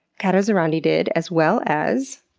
kata zarandy did as well as,